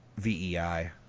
VEI